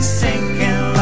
sinking